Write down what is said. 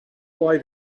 why